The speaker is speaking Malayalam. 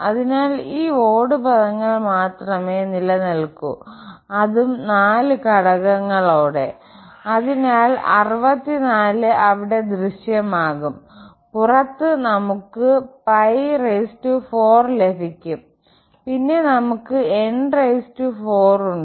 അതിനാൽ ഈ ഓഡ്ഡ് പദങ്ങൾ മാത്രമേ നിലനിൽക്കൂ അതും 4 ഘടകങ്ങളോടെ അതിനാൽ 64 അവിടെ ദൃശ്യമാകും പുറത്തു നമുക് 4 ലഭിക്കും പിന്നെ നമുക്ക് n4 ഉണ്ട്